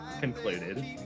Concluded